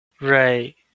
Right